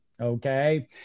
Okay